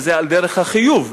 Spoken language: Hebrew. וזה על דרך החיוב,